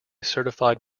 certified